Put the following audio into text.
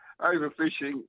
overfishing